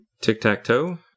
Tic-Tac-Toe